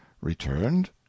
returned